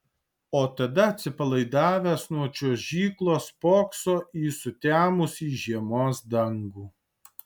o tada atsipalaidavęs nuo čiuožyklos spokso į sutemusį žiemos dangų